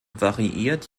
variiert